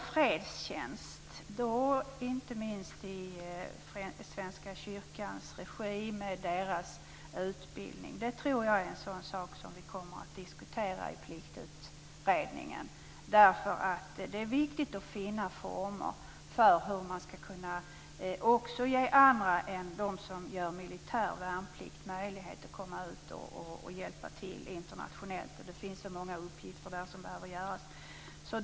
Fredstjänst, inte minst i Svenska kyrkans regi och med dess utbildning, tror jag är en sådan sak som vi kommer att diskutera i Pliktutredningen. Det är nämligen viktigt att finna former för hur man också skall kunna ge andra än dem som gör militär värnplikt möjlighet att komma ut och hjälpa till internationellt. Det finns många uppgifter som behöver göras.